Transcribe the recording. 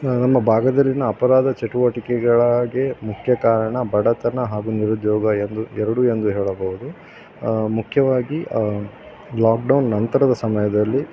ನಮ್ಮ ಭಾಗದಲ್ಲಿನ ಅಪರಾಧ ಚಟುವಟಿಕೆಗಳಿಗೆ ಮುಖ್ಯ ಕಾರಣ ಬಡತನ ಹಾಗೂ ನಿರುದ್ಯೋಗ ಎಂದು ಎರಡು ಎಂದು ಹೇಳಬೋದು ಮುಖ್ಯವಾಗಿ ಲಾಕ್ಡೌನ್ ನಂತರದ ಸಮಯದಲ್ಲಿ